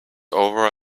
over